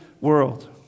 world